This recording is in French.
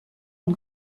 une